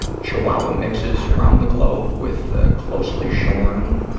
chihuahua mixes around the glove with ah closely shorn